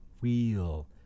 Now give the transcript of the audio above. wheel